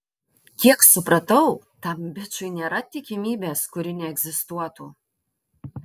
kiek supratau tam bičui nėra tikimybės kuri neegzistuotų